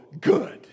good